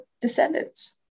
descendants